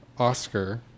Oscar